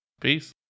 Peace